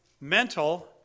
mental